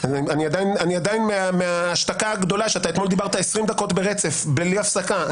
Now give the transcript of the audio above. אתמול דיברת 20 דקות ברצף בלי הפסקה,